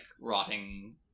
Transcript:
rotting